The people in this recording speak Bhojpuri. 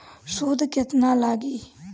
सूद केतना लागी?